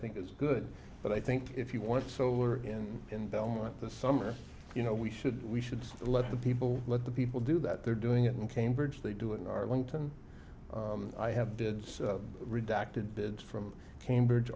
think is good but i think if you want solar in in belmont this summer you know we should we should just let the people let the people do that they're doing it in cambridge they do it in arlington i have did redacted bids from cambridge